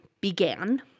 began